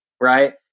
right